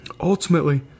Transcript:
ultimately